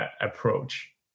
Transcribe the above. approach